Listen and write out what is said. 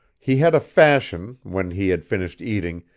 he had a fashion, when he had finished eating,